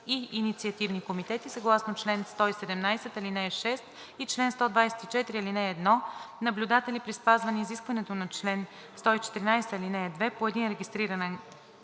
и инициативни комитети съгласно чл. 117, ал. 6 и чл. 124, ал. 1, наблюдатели – при спазване изискването на чл. 114, ал. 2, по един регистриран